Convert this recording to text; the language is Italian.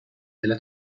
della